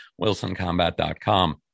wilsoncombat.com